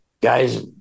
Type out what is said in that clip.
guys